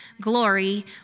glory